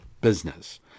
business